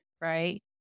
Right